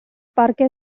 parque